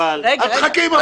אל תחכה עם הפתעות.